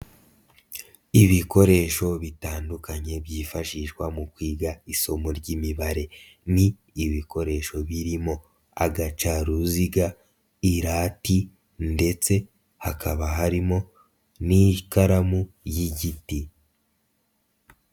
Ibikoresho bitandukanye byifashishwa mu kwiga isomo ry'Imibare ni ibikoresho birimo agacaruziga, irati ndetse hakaba harimo n'ikaramu y'igiti.